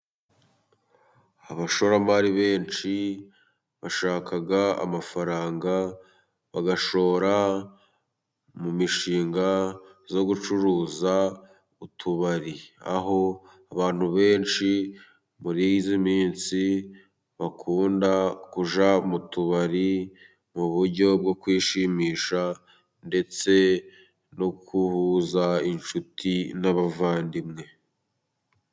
Abashoramari benshi, bashaka amafaranga bagashora mu mishinga yo gucuruza utubari, aho abantu benshi muri iyi minsi, bakunda kujya mu tubari mu buryo bwo kwishimisha, ndetse no guhuza inshuti n'abavandimwe.